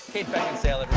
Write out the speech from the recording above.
kate beckinsale,